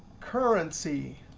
currency,